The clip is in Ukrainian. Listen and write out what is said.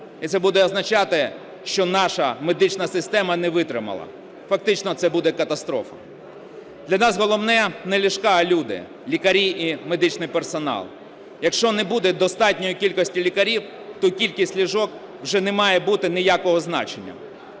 І це буде означати, що наша медична система не витримала. Фактично це буде катастрофа. Для нас головне не ліжка, а люди, лікарі і медичний персонал. Якщо не буде достатньої кількості лікарів, то кількість ліжок вже не має бути ніякого значення.